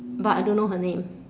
but I don't know her name